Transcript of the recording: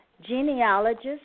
genealogist